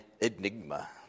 enigma